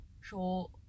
sure